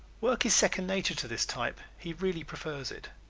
work is second nature to this type. he really prefers it.